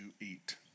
eat